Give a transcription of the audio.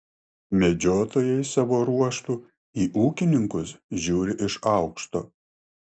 medžiotojai savo ruožtu į ūkininkus žiūri iš aukšto